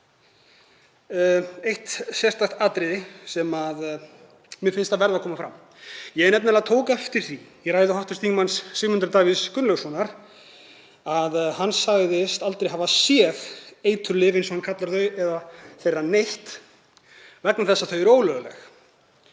eitt sérstakt atriði sem mér finnst að verði að koma fram. Ég tók nefnilega eftir því í ræðu hv. þm. Sigmundar Davíðs Gunnlaugssonar að hann sagðist aldrei hafa séð eiturlyf, eins og hann kallar þau, eða þeirra neytt, vegna þess að þau eru ólögleg.